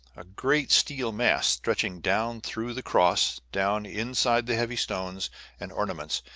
a great steel mast stretching down through the cross, down inside the heavy stones and ornaments,